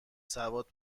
سواد